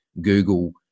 Google